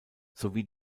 sowie